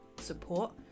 support